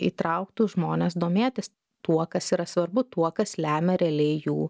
įtrauktų žmones domėtis tuo kas yra svarbu tuo kas lemia realiai jų